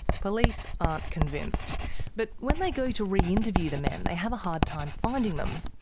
police aren't convinced but when they go to reinterview the men they have a hard time finding them.